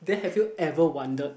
then have you ever wondered